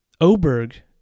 Oberg